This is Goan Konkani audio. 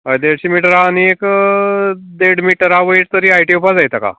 हय देडशीं मिटर आनी एक देड मिटरा वयर तरी हाय्ट येवपा जाय तेका